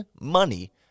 money